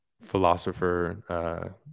philosopher